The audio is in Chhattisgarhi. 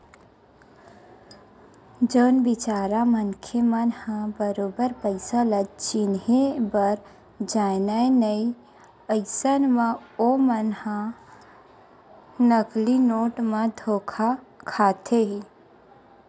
जउन बिचारा मनखे मन ह बरोबर पइसा ल चिनहे बर जानय नइ अइसन म ओमन ह नकली नोट म धोखा खाथे ही